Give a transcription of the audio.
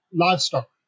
livestock